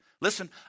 Listen